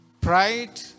Pride